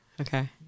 Okay